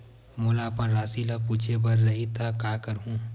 मोला अपन राशि ल पूछे बर रही त का करहूं?